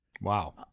Wow